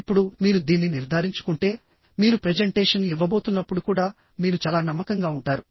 ఇప్పుడు మీరు దీన్ని నిర్ధారించుకుంటే మీరు ప్రెజెంటేషన్ ఇవ్వబోతున్నప్పుడు కూడా మీరు చాలా నమ్మకంగా ఉంటారు